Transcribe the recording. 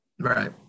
right